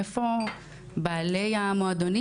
איפה בעלי המועדונים